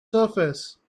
surface